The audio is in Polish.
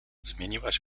zmieniłaś